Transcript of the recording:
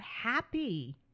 happy